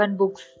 books